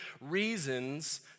reasons